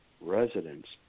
residents